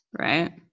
Right